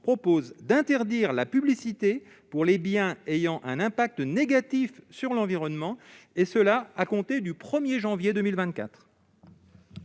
proposons d'interdire la publicité pour les biens ayant un impact négatif sur l'environnement, et ce à compter du 1 janvier 2024.